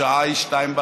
השעה היא 02:00,